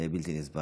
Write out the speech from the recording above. בלתי נסבל.